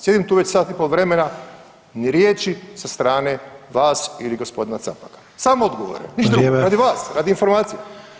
Sjedim tu već sat i po vremena, ni riječi sa strane vas ili gospodina Capaka, samo odgovore, ništa drugo, radi vas [[Upadica: Vrijeme.]] radi informacija.